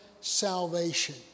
salvation